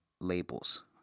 labels